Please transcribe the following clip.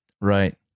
Right